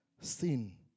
sin